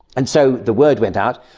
and so the word went out,